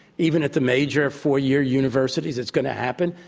even at the major four-year universities. it's going to happen.